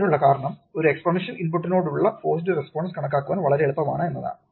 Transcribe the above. അതിനുള്ള കാരണം ഒരു എക്സ്പോണൻഷ്യൽ ഇൻപുട്ടിനോടുള്ള ഫോർസ്ഡ് റെസ്പോൺസ് കണക്കാക്കാൻ വളരെ എളുപ്പമാണ് എന്നതാണ്